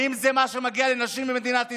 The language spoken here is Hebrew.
האם זה מה שמגיע לנשים במדינת ישראל?